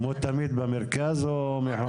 כמו תמיד במרכז או מחוץ?